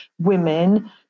women